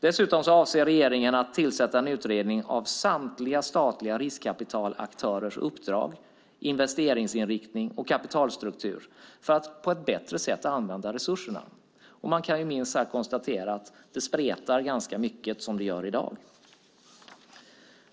Dessutom avser regeringen att tillsätta en utredning av samtliga statliga riskkapitalaktörers uppdrag, investeringsinriktning och kapitalstruktur för att på ett bättre sätt använda resurserna. Man kan minst sagt konstatera att det spretar ganska mycket i dag.